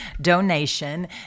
donation